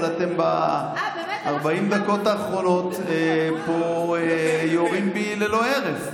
אבל אתם ב-40 הדקות האחרונות פה יורים בי ללא הרף.